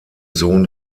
sohn